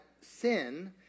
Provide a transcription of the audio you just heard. sin